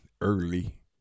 early